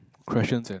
questions and